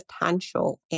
potential